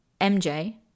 MJ